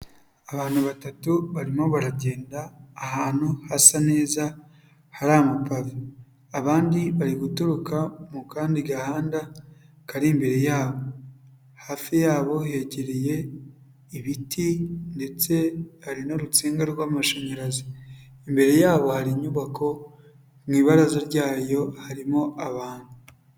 Abantu batatu barimo baragenda ahantu hasa neza hari amapave, abandi bari guturuka mu kandi gahanda kari imbere yabo. Hafi yabo hegereye ibiti ndetse hari n'urutsinga rw'amashanyarazi, imbere yabo hari inyubako mu ibaraza ryayo harimo abantu.